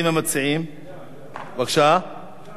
מליאה.